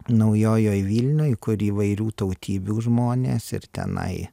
naujojoj vilnioj kur įvairių tautybių žmonės ir tenai